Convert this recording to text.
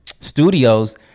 studios